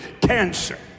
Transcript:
cancer